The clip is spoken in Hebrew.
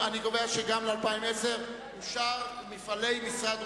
אני קובע שגם ל-2010 אושר סעיף 89,